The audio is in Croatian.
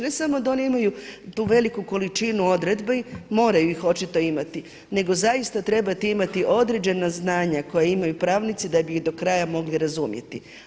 Ne samo da oni imaju tu veliku količinu odredbi, moraju ih očito imati nego zaista trebate imati određena znanja koja imaju pravnici da bi ih do kraja mogli razumjeti.